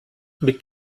mit